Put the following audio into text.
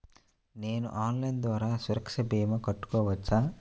నేను ఆన్లైన్ ద్వారా సురక్ష భీమా కట్టుకోవచ్చా?